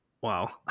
wow